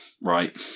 right